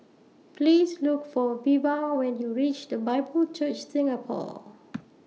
Please Look For Veva when YOU REACH The Bible Church Singapore